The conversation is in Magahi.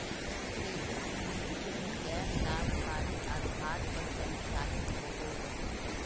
क्रेडिट यूनीयन गैर लाभकारी आधार पर संचालित होबो हइ